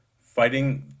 Fighting